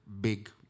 big